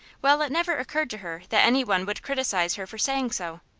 while it never occurred to her that any one would criticise her for saying so.